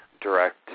direct